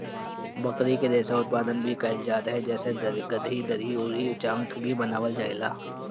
बकरी से रेशा उत्पादन भी कइल जात ह जेसे गद्दी, दरी अउरी चांगथंगी बनावल जाएला